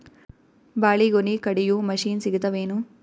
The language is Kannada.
ಬಾಳಿಗೊನಿ ಕಡಿಯು ಮಷಿನ್ ಸಿಗತವೇನು?